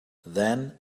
then